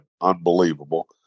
unbelievable